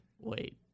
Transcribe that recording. wait